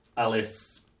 Alice